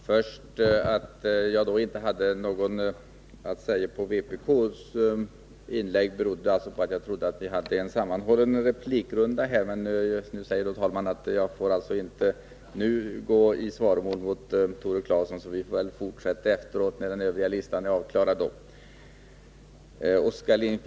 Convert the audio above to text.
Herr talman! Att jag inte hade något att säga efter Tore Claesons inlägg berodde på att jag trodde att vi hade en sammanhållen replikrunda här, men herr talmannen säger att jag inte nu får gå i svaromål mot Tore Claeson. Vi får väl fortsätta debatten när de övriga talarna på talarlistan har hållit sina anföranden.